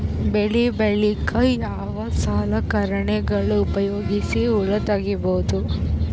ಬೆಳಿ ಬಳಿಕ ಯಾವ ಸಲಕರಣೆಗಳ ಉಪಯೋಗಿಸಿ ಹುಲ್ಲ ತಗಿಬಹುದು?